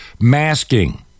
masking